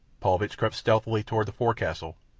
paulvitch crept stealthily toward the forecastle.